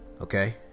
okay